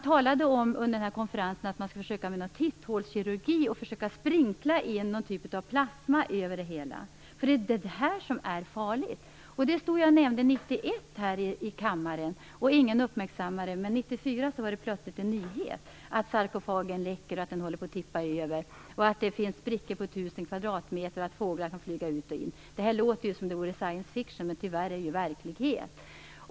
Under konferensen talade man om att man skulle pröva något slags titthålskirurgi och försöka sprinkla in någon typ av plasma över sarkofagen. Det är detta som är farligt. Jag nämnde detta 1991 här i kammaren, och ingen uppmärksammade det. Men 1994 är det plötsligt en nyhet att sarkofagen läcker och håller på att tippa över. Det finns sprickor på 1 000 kvadratmeter, och fåglar kan flyga ut och in. Det låter som om det vore science-fiction, men tyvärr är det verklighet.